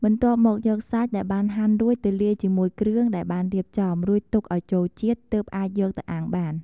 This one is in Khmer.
បន្ទាប់មកយកសាច់ដែលបានហាន់រួចទៅលាយជាមួយគ្រឿងដែលបានរៀបចំ រួចទុកឱ្យចូលជាតិ ទើបអាចយកទៅអាំងបាន។